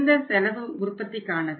இந்த செலவு உற்பத்திக்கானது